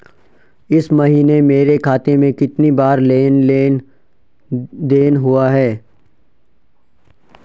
इस महीने मेरे खाते में कितनी बार लेन लेन देन हुआ है?